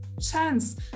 chance